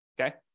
okay